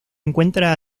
encuentra